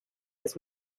his